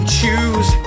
choose